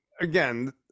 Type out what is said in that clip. again